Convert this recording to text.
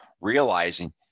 realizing